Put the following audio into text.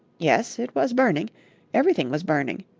yes, it was burning everything was burning.